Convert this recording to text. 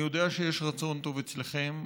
אני יודע שיש רצון טוב אצלכם,